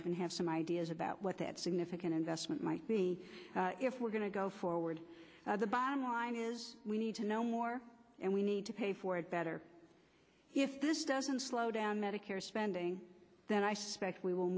even have some ideas about what that significant investment might be if we're going to go forward the bottom line is we need to know more and we need to pay for it better if this doesn't slow down medicare spending then i suspect we will